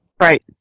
Right